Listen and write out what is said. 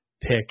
pick